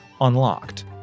unlocked